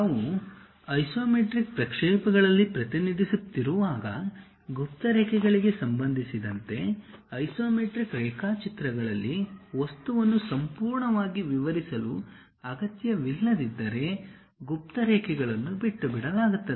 ನಾವು ಐಸೊಮೆಟ್ರಿಕ್ ಪ್ರಕ್ಷೇಪಗಳಲ್ಲಿ ಪ್ರತಿನಿಧಿಸುತ್ತಿರುವಾಗ ಗುಪ್ತ ರೇಖೆಗಳಿಗೆ ಸಂಬಂಧಿಸಿದಂತೆ ಐಸೊಮೆಟ್ರಿಕ್ ರೇಖಾಚಿತ್ರಗಳಲ್ಲಿ ವಸ್ತುವನ್ನು ಸಂಪೂರ್ಣವಾಗಿ ವಿವರಿಸಲು ಅಗತ್ಯವಿಲ್ಲದಿದ್ದರೆ ಗುಪ್ತ ರೇಖೆಗಳನ್ನು ಬಿಟ್ಟುಬಿಡಲಾಗುತ್ತದೆ